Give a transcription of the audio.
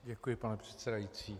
Děkuji, pane předsedající.